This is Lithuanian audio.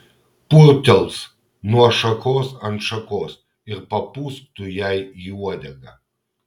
purptels nuo šakos ant šakos ir papūsk tu jai į uodegą